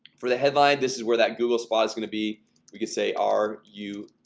for the headline this is where that google spot is going to be we can say are you